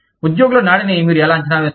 ఉద్యోగుల నాడిని మీరు ఎలా అంచనా వేస్తారు